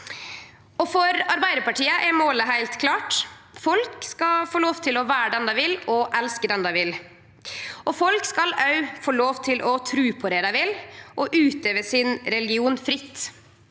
For Arbeidarpartiet er målet heilt klart: Folk skal få lov til å vere den dei vil, og elske den dei vil. Folk skal òg få lov til å tru på det dei vil, og utøve religionen sin fritt.